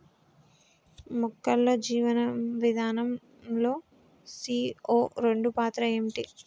మొక్కల్లో జీవనం విధానం లో సీ.ఓ రెండు పాత్ర ఏంటి?